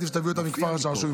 עדיף שתביא אותם מכפר השעשועים,